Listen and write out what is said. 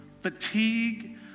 fatigue